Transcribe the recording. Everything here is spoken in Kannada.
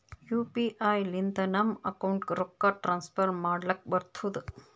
ಯು ಪಿ ಐ ಲಿಂತ ನಮ್ ಅಕೌಂಟ್ಗ ರೊಕ್ಕಾ ಟ್ರಾನ್ಸ್ಫರ್ ಮಾಡ್ಲಕ್ ಬರ್ತುದ್